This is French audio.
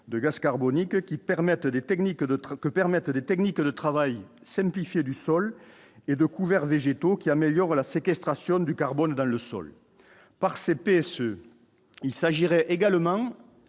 d'autres que permettent des techniques de travail simplifié du sol et de couverts végétaux qui améliore la séquestration du carbone dans le sol par ces PSE, il s'agirait également